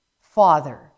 Father